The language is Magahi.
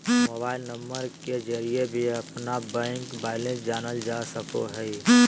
मोबाइल नंबर के जरिए भी अपना बैंक बैलेंस जानल जा सको हइ